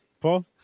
Paul